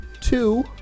two